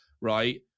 Right